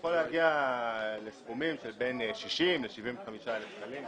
יכול להגיע לסכומים של בין 60,000 ל-75,000 שקלים.